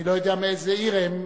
אני לא יודע מאיזו עיר הם,